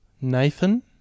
Nathan